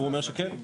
הוא אומר שכן.